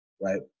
right